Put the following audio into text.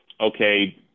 okay